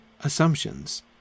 assumptions